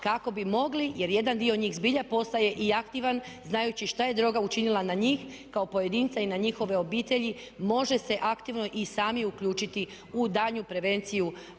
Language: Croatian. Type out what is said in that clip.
kako bi mogli jer jedan dio njih zbilja postaje i aktivan znajući što je droga učinila na njih kao pojedinca i na njihove obitelji može se aktivno i sami uključiti u daljnju prevenciju